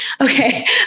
Okay